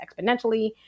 exponentially